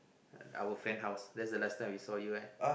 our friend house that's the last time we saw you right